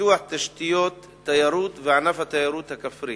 פיתוח תשתיות תיירות וענף התיירות הכפרית,